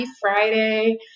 Friday